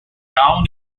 town